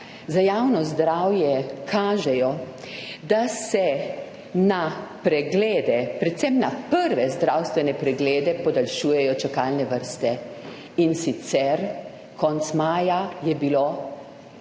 za javno zdravje kažejo, da se za preglede, predvsem za prve zdravstvene preglede podaljšujejo čakalne vrste, in sicer, konec maja je bilo